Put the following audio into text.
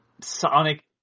Sonic